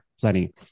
Plenty